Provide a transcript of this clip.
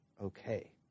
okay